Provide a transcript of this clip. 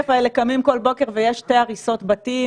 האלה קמים כל בוקר ויש שתי הריסות בתים